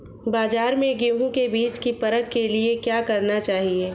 बाज़ार में गेहूँ के बीज की परख के लिए क्या करना चाहिए?